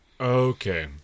Okay